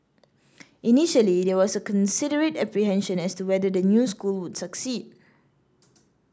initially there was considerable apprehension as to whether the new school would succeed